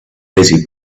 busy